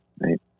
right